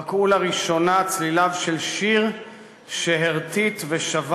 בקעו לראשונה צליליו של שיר שהרטיט ושבה